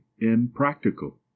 impractical